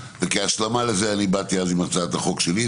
וכהשלמה לזה באתי אז עם הצעת החוק שלי.